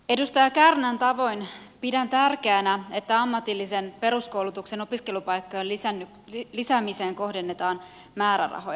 edustaja kärnän tavoin pidän tärkeänä että ammatillisen peruskoulutuksen opiskelupaikkojen lisäämiseen kohdennetaan määrärahoja